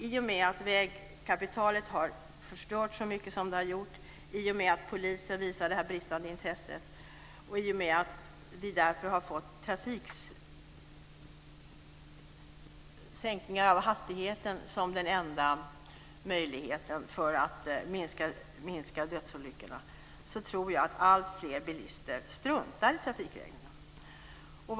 I och med att vägkapitalet har förstört så mycket som det har gjort, i och med att polisen visar det bristande intresset och i och med att vi därför har fått sänkningar av hastigheten som den enda möjligheten att minska dödsolyckorna tror jag att alltfler bilister struntar i trafikreglerna.